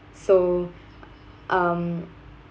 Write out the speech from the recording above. so um